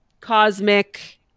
cosmic